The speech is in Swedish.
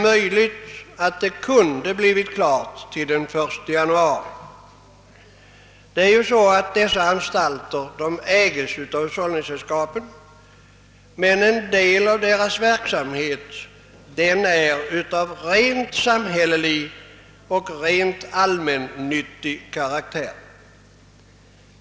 Möjligen hinner detta klaras till den 1 januari 1968. Dessa anstalter ägs av hushållningssällskapen, men en del av verksamheten är av rent samhällelig och allmännyttig karaktär.